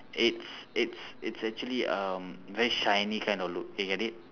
it's it's it's actually um very shiny kind of look you get it